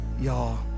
Y'all